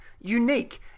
unique